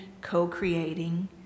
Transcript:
co-creating